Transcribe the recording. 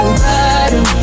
bottom